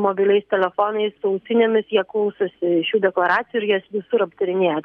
mobiliais telefonais su ausinėmis jie klausosi šių deklaracijų ir jas visur aptarinėja